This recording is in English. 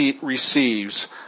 receives